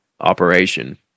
operation